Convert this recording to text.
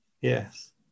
yes